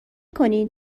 کنین